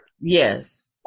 Yes